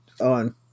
on